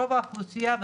רוב האוכלוסייה,